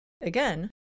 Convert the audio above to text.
Again